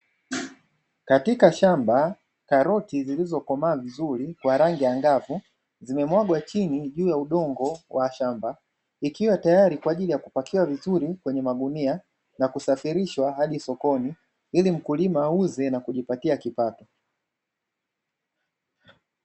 Katika shamba karoti zilizokomaa vizuri kwa rangi angavu zimemwagwa chini juu ya udongo wa shamba, ikiwa tayari kwa ajili ya kupakiwa vizuri kwenye magunia na kusafirishwa hadi sokoni ili mkulima auze na kujipatia kipato.